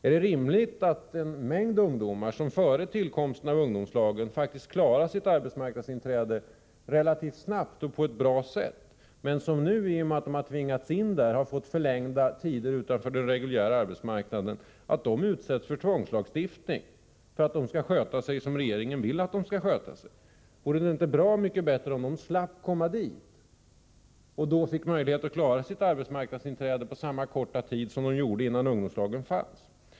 Är det rimligt att en mängd ungdomar, som före ungdomslagens tillkomst faktiskt klarade sitt arbetsmarknadsinträde relativt snabbt och på ett bra sätt men som nu i och med att de har tvingats in i ungdomslagen har fått förlängda tider utanför den reguljära arbetsmarknaden, utsätts för tvångslagstiftning för att de skall sköta sig som regeringen vill att de skall sköta sig? Vore det inte bra mycket bättre om de slapp komma dit och fick möjlighet att klara sitt arbetsmarknadsinträde på samma korta tid som de gjorde innan ungdomslagen fanns?